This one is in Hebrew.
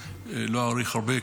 אני לא אאריך הרבה.